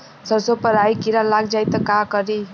सरसो पर राही किरा लाग जाई त का करी?